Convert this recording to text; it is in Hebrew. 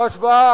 זאת דוגמה רעה.